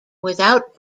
without